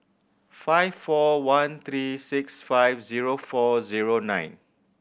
five four one three six five zero four zero nine